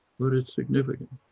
but it's significant.